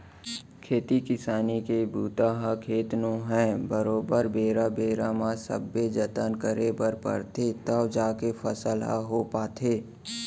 खेती किसानी के बूता ह खेत नो है बरोबर बेरा बेरा म सबे जतन करे बर परथे तव जाके फसल ह हो पाथे